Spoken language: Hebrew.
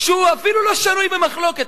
שהוא אפילו לא שנוי במחלוקת,